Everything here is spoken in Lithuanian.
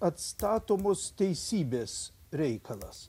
atstatomos teisybės reikalas